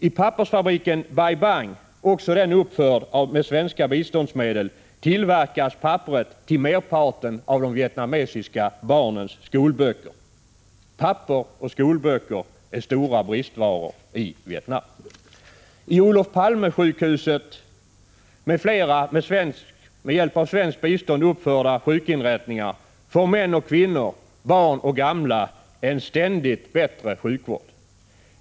I pappersfabriken Bai Bang — också den uppförd med svenska biståndsmedel — tillverkas papperet till merparten av de vietnamesiska barnens skolböcker. Papper och skolböcker är stora bristvaror i Vietnam. I Olof Palme-sjukhuset och andra med hjälp av svenskt bistånd uppförda sjukvårdsinrättningar får män och kvinnor, barn och gamla en ständigt bättre sjukvård.